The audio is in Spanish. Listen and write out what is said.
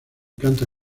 canta